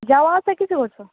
যাওয়া আসা কীসে করছ